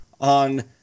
on